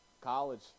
college